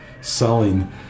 selling